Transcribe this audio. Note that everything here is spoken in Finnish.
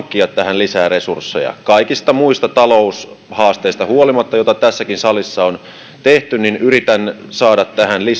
lisää resursseja kaikista muista taloushaasteista huolimatta joita tässäkin salissa on käsitelty yritän saada tähän lisää